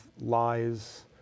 lies